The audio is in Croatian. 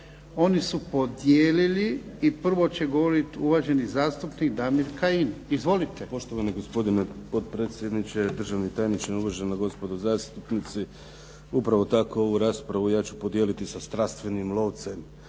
oni su podijelili i prvo će govoriti uvaženi zastupnik Damir Kajin. Izvolite. **Kajin, Damir (IDS)** Poštovani gospodine potpredsjedniče, državni tajniče, uvažena gospodo zastupnici. Upravo tako, ovu raspravu ja ću podijeliti sa strastvenim lovcem,